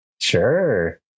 Sure